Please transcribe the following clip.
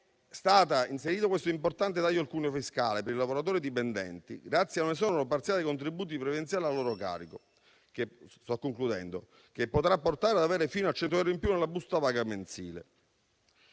31 dicembre 2023, un importante taglio del cuneo fiscale per i lavoratori dipendenti, grazie a un esonero parziale dei contributi previdenziali a loro carico, che potrà portare ad avere fino a 100 euro in più nella busta paga mensile.